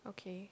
okay